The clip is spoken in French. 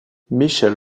michel